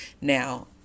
Now